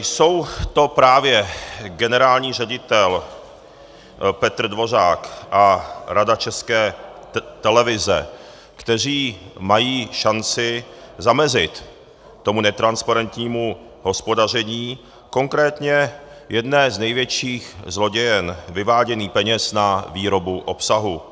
Jsou to právě generální ředitel Petr Dvořák a Rada České televize, kteří mají šanci zamezit tomu netransparentnímu hospodaření, konkrétně jedné z největších zlodějin vyvádění peněz na výrobu obsahu.